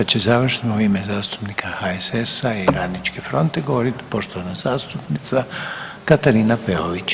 Sad će završno u ime zastupnika HSS-a i Radničke fronte govoriti poštovana zastupnica Katarina Peović.